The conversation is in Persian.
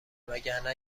وگرنه